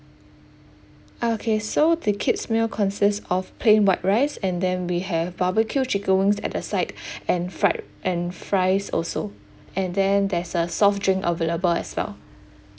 okay so the kids meal consist of plain white rice and then we have barbecue chicken wings at the side and fried and fries also and then there's a soft drink available as well